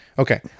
Okay